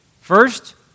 First